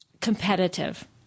competitive